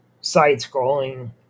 side-scrolling